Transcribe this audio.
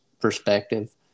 perspective